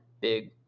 big